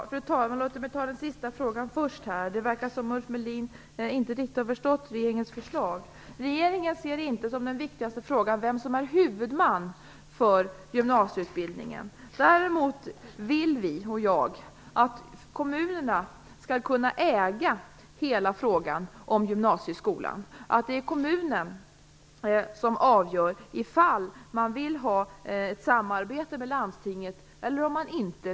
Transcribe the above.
Fru talman! Låt mig ta den sista frågan först. Det verkar som om Ulf Melin inte riktigt har förstått regeringens förslag. Regeringen ser inte detta med vem som är huvudman för gymnasietutbildningen som den viktigaste frågan. Däremot vill vi, och jag, att kommunerna skall kunna äga hela frågan om gymnasieskolan. Det skall vara kommunen som avgör om man vill ha ett samarbete med landstinget eller inte.